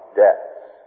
debts